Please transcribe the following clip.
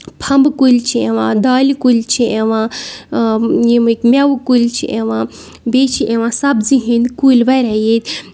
پھمبہٕ کُلۍ چھِ یِوان دالہِ کُلۍ چھِ یِوان ییٚمِکۍ مٮ۪وٕ کُلۍ چھِ یِوان بیٚیہِ چھِ یِوان سَبزی ہٕنٛدۍ کُلۍ واریاہ ییٚتہِ